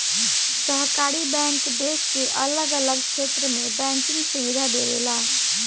सहकारी बैंक देश के अलग अलग क्षेत्र में बैंकिंग सुविधा देवेला